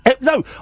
No